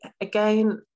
again